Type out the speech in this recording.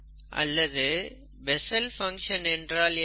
அல்லது Bessel function Bessel's function என்றால் என்ன